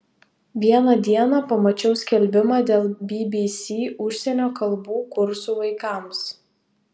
vieną dieną pamačiau skelbimą dėl bbc užsienio kalbų kursų vaikams